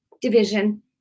division